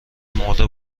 مرده